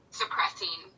suppressing